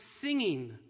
singing